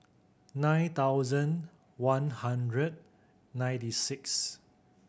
nine thousand one hundred ninety six